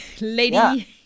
lady